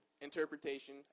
interpretation